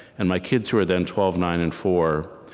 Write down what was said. and my kids, who are then twelve, nine, and four,